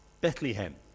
Bethlehem